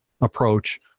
approach